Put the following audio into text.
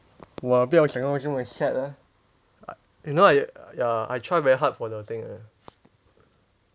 !wah! 不要讲到这么 sad leh you know I ya I try very hard for the thing eh